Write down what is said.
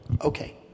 Okay